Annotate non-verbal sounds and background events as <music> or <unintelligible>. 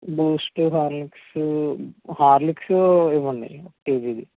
Boost Horlicks Horlicks ఇవ్వండి <unintelligible>